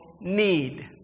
need